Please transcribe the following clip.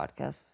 podcast